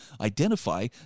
identify